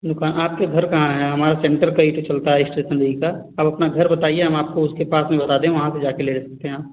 दुकान आपके घर कहाँ है हमारा सेन्टर कई ठो चलता है इस्टेसनरी का आप अपना घर बताइए हम आपको उसके पास में बता दें वहाँ से जाके ले सकते हैं आप